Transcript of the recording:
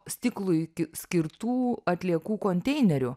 stiklui skirtų atliekų konteinerių